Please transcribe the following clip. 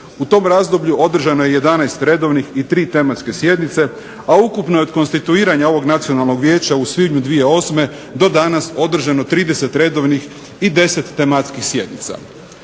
U tom razdoblju održano je 11 redovnih i 3 tematske sjednice, a ukupno je od konstituiranja ovog Nacionalnog vijeća u svibnju 2008. do danas održano 30 redovnih i 10 tematskih sjednica.